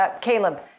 Caleb